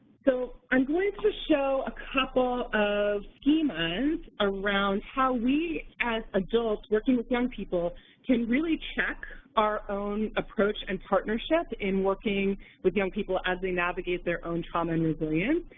so i'm going to show a couple of schemas around how we as adults working with young people can really check our own approach and partnership in working with young people as they navigate their own trauma and resilience.